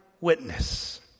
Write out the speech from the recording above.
witness